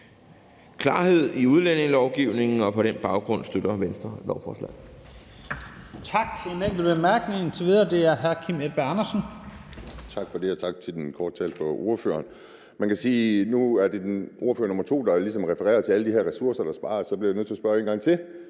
klarhed i udlændingelovgivningen, og på den baggrund støtter Venstre lovforslaget.